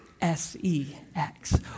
S-E-X